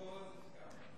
לפי המשכורת זה סגן.